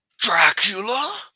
Dracula